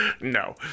No